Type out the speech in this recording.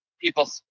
people